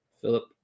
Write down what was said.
Philip